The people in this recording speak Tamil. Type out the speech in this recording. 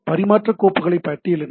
பரிமாற்றக் கோப்புகளைப் பட்டியலிடுங்கள்